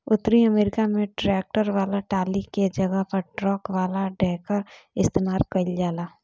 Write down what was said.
उतरी अमेरिका में ट्रैक्टर वाला टाली के जगह पर ट्रक वाला डेकर इस्तेमाल कईल जाला